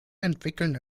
entwickeln